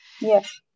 Yes